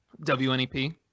WNEP